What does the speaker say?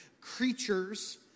creatures